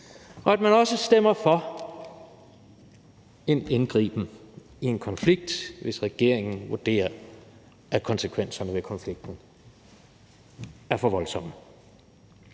og at man også stemmer for en indgriben i en konflikt, hvis regeringen vurderer, at konsekvenserne ved konflikten er for voldsomme.